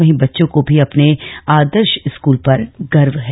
वहीं बच्चों को भी अपने आदर्श स्कूल पर गर्व है